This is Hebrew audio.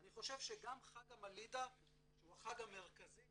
אני חושב שגם חג המאלידה שהוא החג המרכזי